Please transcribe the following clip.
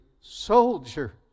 soldier